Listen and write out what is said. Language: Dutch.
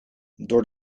door